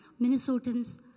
Minnesotans